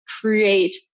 create